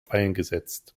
eingesetzt